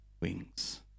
wings